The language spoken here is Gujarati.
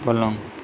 પલંગ